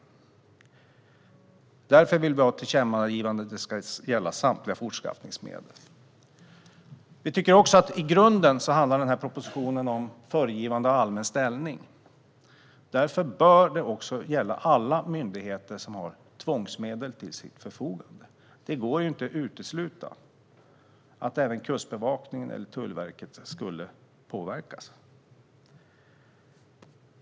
Vi vill därför ha ett tillkännagivande att det ska gälla samtliga fortskaffningsmedel. I grunden handlar propositionen om föregivande av allmän ställning. Därför bör det gälla alla myndigheter som har tvångsmedel till sitt förfogande. Det går inte att utesluta att även Kustbevakningen eller Tullverket skulle påverkas.